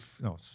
no